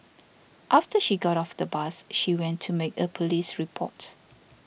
after she got off the bus she went to make a police report